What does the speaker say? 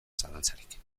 zalantzarik